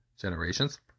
generations